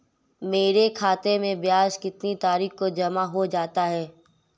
मेरे खाते में ब्याज कितनी तारीख को जमा हो जाता है?